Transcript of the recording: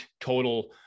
total